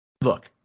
look